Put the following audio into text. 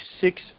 six